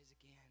again